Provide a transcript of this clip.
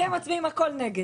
אתם מצביעים על הכול נגד.